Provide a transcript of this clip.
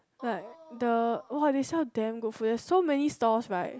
like the !wah! they sell damn good food there's so many stalls right